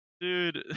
dude